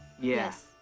yes